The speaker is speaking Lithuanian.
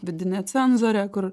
vidinė cenzorė kur